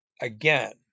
again